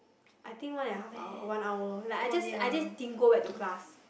I think one and a half hour or one hour like I just I just didn't go back to class